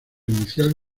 inicial